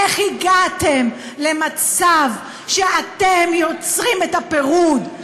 איך הגעתם למצב שאתם יוצרים את הפירוד?